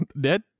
Dead